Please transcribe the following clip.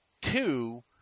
Two